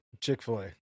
Chick-fil-A